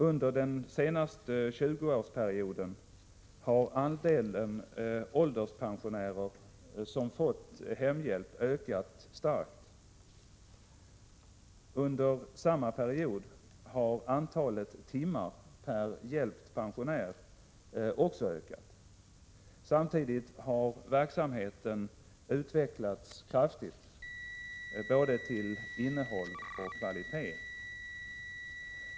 Under den senaste 20-årsperioden har andelen ålderspensionärer som fått hemhjälp ökat starkt. Under samma period har antalet timmar per hjälpt pensionär också ökat. Samtidigt har verksamheten utvecklats kraftigt både till innehåll och till kvalitet.